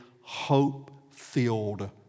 hope-filled